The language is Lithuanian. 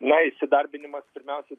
na įsidarbinimas pirmiausiai